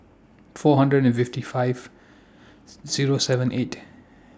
four hundred and fifty five Zero seven eight